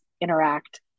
interact